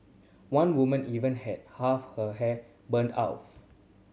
one woman even had half her hair burned off